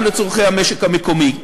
גם לצורכי המשק המקומי,